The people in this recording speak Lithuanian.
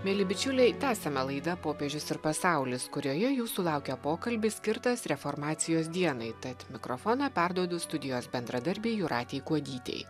mieli bičiuliai tęsiame laida popiežius ir pasaulis kurioje jūsų laukia pokalbis skirtas reformacijos dienai tad mikrofoną perduodu studijos bendradarbiai jūratei kuodytei